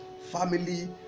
family